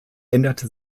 änderte